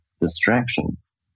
distractions